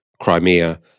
Crimea